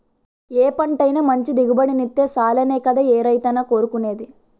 ఏ పంటైనా మంచి దిగుబడినిత్తే సాలనే కదా ఏ రైతైనా కోరుకునేది?